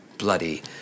bloody